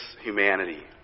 humanity